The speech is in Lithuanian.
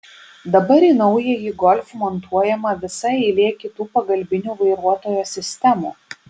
dabar į naująjį golf montuojama visa eilė kitų pagalbinių vairuotojo sistemų